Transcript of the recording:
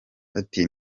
ati